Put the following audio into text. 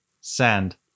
sand